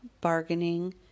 bargaining